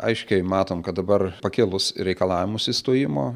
aiškiai matom kad dabar pakėlus reikalavimus įstojimo